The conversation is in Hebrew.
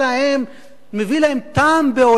מביא להם טעם בעולמם.